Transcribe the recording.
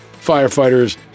firefighters